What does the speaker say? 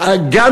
חמש בבוקר.